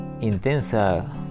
intensa